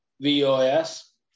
VOS